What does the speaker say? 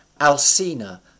Alcina